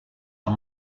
are